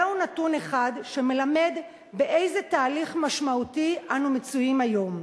זהו נתון אחד שמלמד באיזה תהליך משמעותי אנו מצויים היום.